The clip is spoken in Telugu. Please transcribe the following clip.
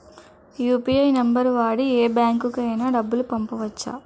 యు.పి.ఐ నంబర్ వాడి యే బ్యాంకుకి అయినా డబ్బులు పంపవచ్చ్చా?